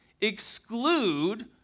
exclude